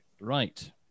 Right